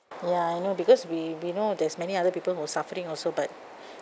ya I know because we we know there's many other people who suffering also but